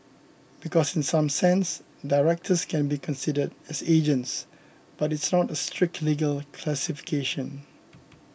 because in some sense directors can be considered as agents but it's not a strict legal classification